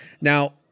now